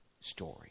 story